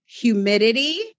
humidity